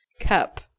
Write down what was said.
Cup